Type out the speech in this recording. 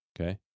okay